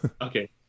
Okay